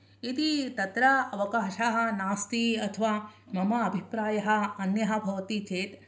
यदि तत्र अवकाशः नास्ति अथवा मम अभिप्रायः अन्यः भवति चेत्